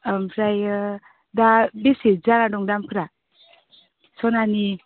ओमफ्राय दा बेसे जाना दं दामफ्रा सनानि